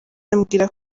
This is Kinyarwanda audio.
ambwira